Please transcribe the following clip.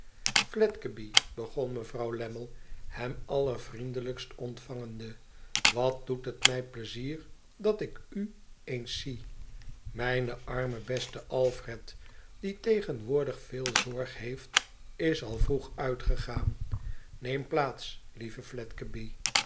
fledgeby begon mevrouw lammie hem allervriendelijkst ontvangende wat doet het mij pleizier dat ik u eens zie mijne arme beste alfred die tegenwoordig veel zorg heeft is al vroeg uiegaan neem plaats lieve